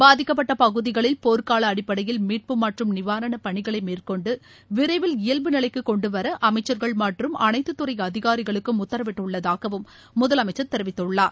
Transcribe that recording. பாதிக்கப்பட்ட பகுதிகளில் போர்க்கால அடிப்படையில் மீட்பு மற்றும் நிாவரணப் பணிகளை மேற்கொண்டு விரைவில் இயல்பு நிலைக்கு கொண்டுவர அமைச்சர்கள் மற்றும் அனைத்துத் துறை அதிகாரிகளுக்கும் உத்தரவிட்டுள்ளதாகவும் முதலமைச்சர் தெரிவித்துள்ளார்